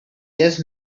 just